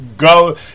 Go